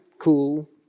cool